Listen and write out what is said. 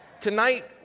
Tonight